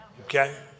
Okay